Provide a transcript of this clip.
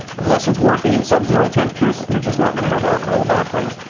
unless it's working in sub-zero temperatures, they're just not going to have alcohol evaporators.